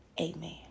Amen